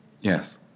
Yes